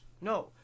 no